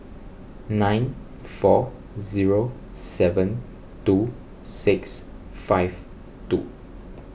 nine four zero seven two six five two